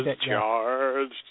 charged